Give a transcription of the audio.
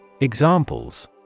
Examples